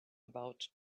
about